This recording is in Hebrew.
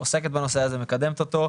את עוסקת בנושא הזה ומקדמת אותו.